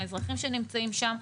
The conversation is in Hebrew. לאזרחים שנמצאים שם,